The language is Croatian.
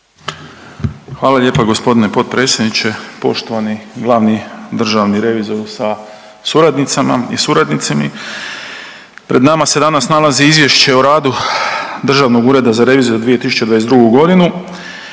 Hvala lijepa g. potpredsjedniče. Poštovani glavni državni revizoru sa suradnicama i suradnicima. Pred nama se danas nalazi Izvješće o radu Državnog ureda za reviziju za 2022.g. i u